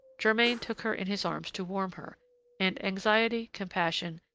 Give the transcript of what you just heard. germain took her in his arms to warm her and anxiety, compassion,